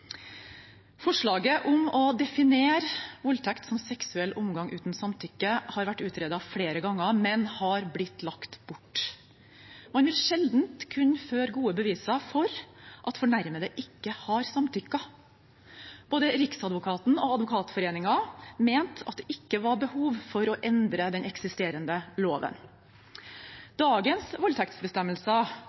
Forslaget om å definere voldtekt som seksuell omgang uten samtykke har vært utredet flere ganger, men har blitt lagt bort. Man vil sjelden kunne føre gode beviser for at fornærmede ikke har samtykket. Både Riksadvokaten og Advokatforeningen mente at det ikke var behov for å endre den eksisterende loven. Dagens